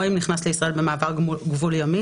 או אם נכנס לישראל במעבר גבול ימי,